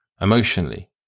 emotionally